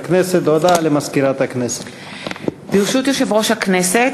ברשות יושב-ראש הכנסת,